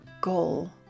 goal